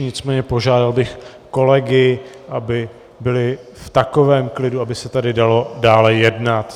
Nicméně požádal bych kolegy, aby byli v takovém klidu, aby se tady dalo dále jednat.